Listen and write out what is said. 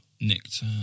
Nicked